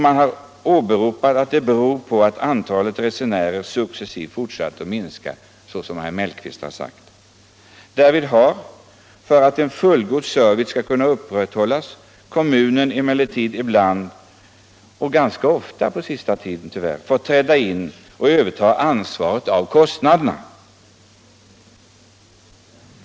Man har då åberopat att detta beror på att antalet resenärer fortsatt att successivt minska, så som herr Mellqvist sagt. För att en fullgod service skall kunna upprätthållas har kommunen 135 då ibland — och ganska ofta på senaste tiden — fått träda in och överta ansvaret för kostnaderna.